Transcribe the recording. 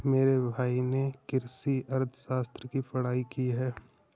मेरे भाई ने कृषि अर्थशास्त्र की पढ़ाई की है